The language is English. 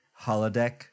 holodeck